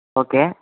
okay